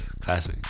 classic